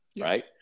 right